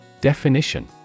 Definition